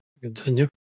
Continue